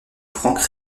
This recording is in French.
franck